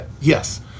yes